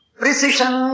precision